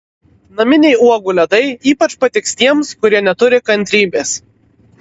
naminiai uogų ledai ypač patiks tiems kurie neturi kantrybės